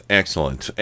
excellent